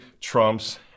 trumps